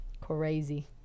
Crazy